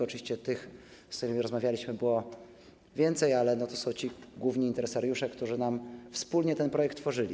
Oczywiście tych, z którymi rozmawialiśmy, było więcej, ale to są ci główni interesariusze, którzy nam wspólnie ten projekt tworzyli.